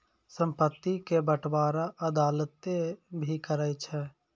संपत्ति के बंटबारा अदालतें भी करै छै